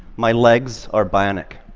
my legs are bionic.